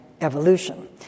evolution